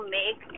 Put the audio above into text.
make